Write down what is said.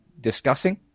discussing